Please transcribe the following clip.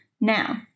Now